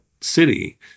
city